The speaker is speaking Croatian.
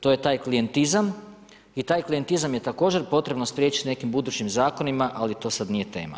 To je taj klijentizam i taj klijentizam je također potrebno spriječit nekim budućim zakonima, ali to sad nije tema.